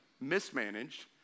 mismanaged